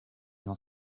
n’en